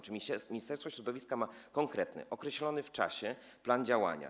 Czy Ministerstwo Środowiska ma konkretny, określony w czasie plan działania?